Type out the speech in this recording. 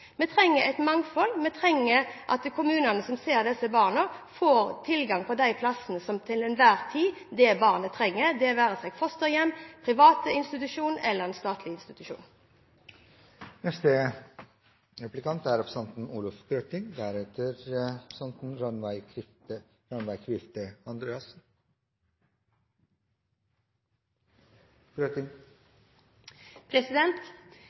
Vi trenger et mangfold, og vi trenger at kommunene som ser disse barna, får tilgang på de plassene som til enhver tid er det barnet trenger – det være seg fosterhjem, en privat eller en statlig institusjon. Representanten Horne sa i sitt innlegg at 14 uker foreldrepermisjon for far er